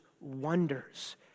wonders